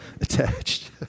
attached